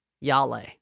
Yale